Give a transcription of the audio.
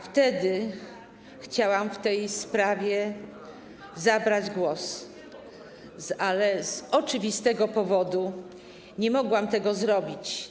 Wtedy chciałam w tej sprawie zabrać głos, ale z oczywistego powodu nie mogłam tego zrobić.